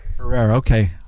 Okay